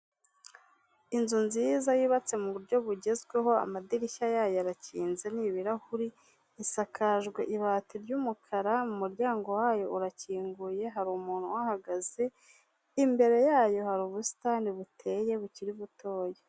Inzu nziza yubatse mu buryo bugezweho amadirishya yayo arakinze ni ibirahuri, isakajwe ibati ry'umukara mu muryango wayo urakinguye hari umuntu uhagaze, imbere yayo hari ubusitani buteye bukiri butoya.